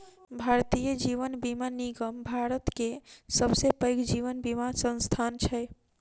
भारतीय जीवन बीमा निगम भारत के सबसे पैघ जीवन बीमा संस्थान छै